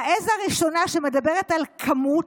העז הראשונה מדברת על כמות.